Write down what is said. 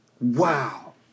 Wow